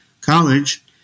College